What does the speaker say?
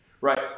Right